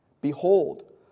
Behold